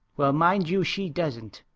well, mind you she doesn't,